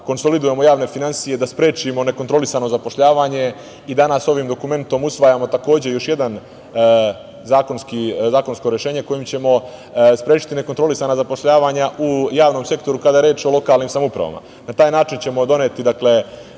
konsolidujemo javne finansije, da sprečimo nekontrolisano zapošljavanje i danas ovim dokumentom usvajamo takođe još jedno zakonsko rešenje kojim ćemo sprečiti nekontrolisana zapošljavanja u javnom sektoru kada je reč o lokalnim samoupravama. Na taj način ćemo doneti do